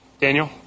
Daniel